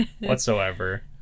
whatsoever